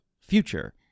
future